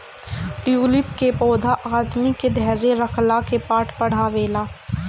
tulip के पौधा आदमी के धैर्य रखला के पाठ पढ़ावेला